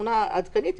תמונה עדכנית,